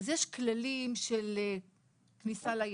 יש כללים של כניסה לים,